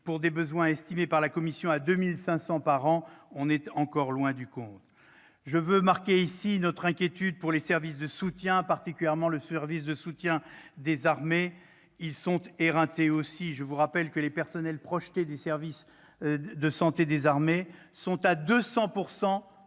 pour des besoins que nous estimons à 2 500 par an. On est encore loin du compte. Je veux marquer ici notre inquiétude pour les services de soutien, et particulièrement le service de santé des armées, le SSA. Ils sont éreintés. Je rappelle que les personnels projetés du service de santé des armées sont à 200 % de